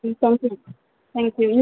थंय थँक्यू